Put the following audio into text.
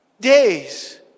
days